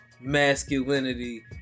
masculinity